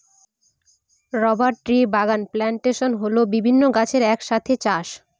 rubber ট্রির বাগান plantation হল বিভিন্ন গাছের এক সাথে চাষ